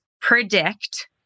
predict